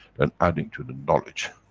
than adding to the knowledge.